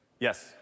Yes